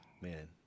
man